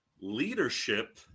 leadership